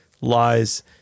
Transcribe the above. lies